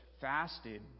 fasted